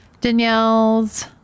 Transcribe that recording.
Danielle's